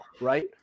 right